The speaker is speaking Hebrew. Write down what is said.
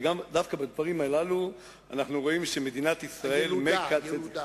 ודווקא בדברים הללו אנחנו רואים שמדינת ישראל מקצצת.